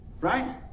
Right